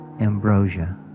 ambrosia